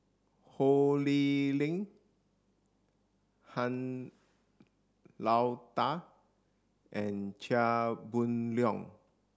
Ho Lee Ling Han Lao Da and Chia Boon Leong